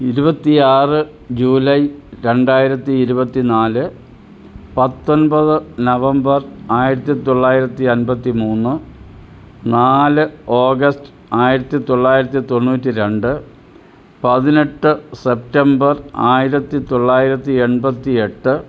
ഇരുപത്തി ആറ് ജൂലൈ രണ്ടായിരത്തി ഇരുപത്തി നാല് പത്തൊൻപത് നവംബർ ആയിരത്തി തൊള്ളായിരത്തി അമ്പത്തി മൂന്ന് നാല് ഓഗസ്റ്റ് ആയിരത്തി തൊള്ളായിരത്തി തൊണ്ണൂറ്റി രണ്ട് പതിനെട്ട് സെപ്റ്റംബർ ആയിരത്തി തൊള്ളായിരത്തി എൺപത്തി എട്ട്